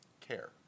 care